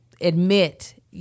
admit